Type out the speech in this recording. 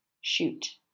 shoot